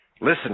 listen